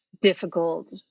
difficult